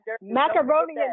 Macaroni